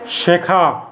শেখা